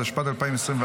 התשפ"ד 2024,